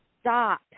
stop